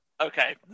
Okay